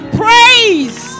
praise